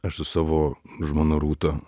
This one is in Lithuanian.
aš su savo žmona rūta